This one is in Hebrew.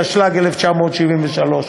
התשל"ג 1973,